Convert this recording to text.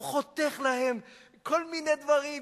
הוא חותך להם כל מיני דברים.